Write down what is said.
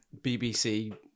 BBC